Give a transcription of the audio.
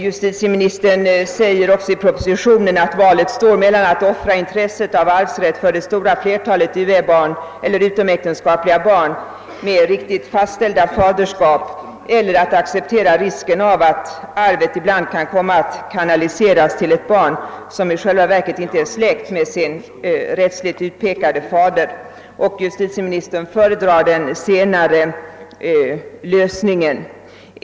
Justitieministern säger i propositionen att valet står mellan att offra intresset av arvsrätt för det stora flertalet utomäktenskapliga barn med riktigt fastställt faderskap eller att acceptera risken av att arvet ibland kan komma att kanaliseras till ett barn som i själva verket inte är släkt med sin rättsligt utpekade fader. Justitieministern föredrar den senare lösningen.